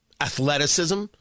Athleticism